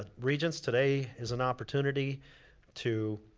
ah regents, today is an opportunity to